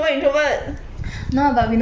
no ah but we know how talk